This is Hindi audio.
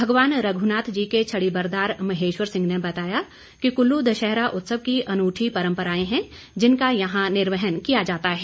भगवान रघुनाथ जी के छड़ीबरदार महेश्वर सिंह ने बताया कि कुल्लू दशहरा उत्सव की अनूठी परम्पराएं हैं जिनका यहां निर्वहन किया जाता है